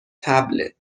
طبله